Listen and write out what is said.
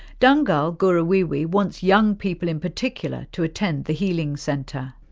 dhangal gurruwiwi wants young people in particular to attend the healing centre.